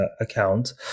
account